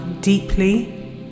deeply